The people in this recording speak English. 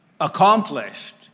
accomplished